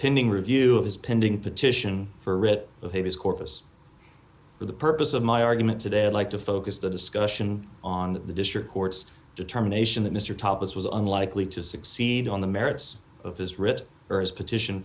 pending review of his pending petition for writ of habeas corpus for the purpose of my argument today i'd like to focus the discussion on the district court's determination that mr thomas was unlikely to succeed on the merits of his writ or his petition